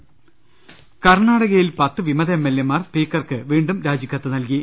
ൾ ൽ ൾ കർണാടകയിൽ പത്ത് വിമത എംഎൽഎമാർ സ്പീക്കർക്ക് വീണ്ടും രാജിക്കത്ത് നൽകി